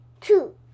Two